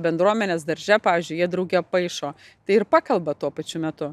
bendruomenės darže pavyzdžiui jie drauge paišo tai ir pakalba tuo pačiu metu